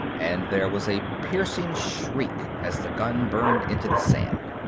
and there was a piercing shriek as the gun burned into the sand.